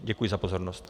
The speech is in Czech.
Děkuji za pozornost.